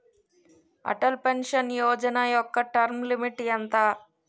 Atal pension Yojana యెక్క term limit ఎంత?